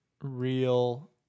real